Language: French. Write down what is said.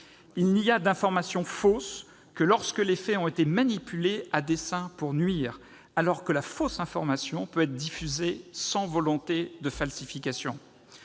il n'y a d'informations fausses que lorsque les faits ont été manipulés à dessein pour nuire, alors que la fausse information peut être diffusée sans volonté de falsification.